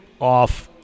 off